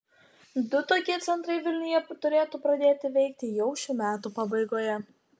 du tokie centrai vilniuje turėtų pradėti veikti jau šių metų pabaigoje